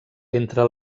entre